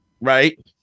Right